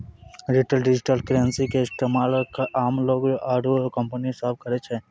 retail digital currency के इस्तेमाल आम लोग आरू कंपनी सब करै छै